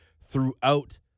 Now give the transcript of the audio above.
throughout